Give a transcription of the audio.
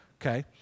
okay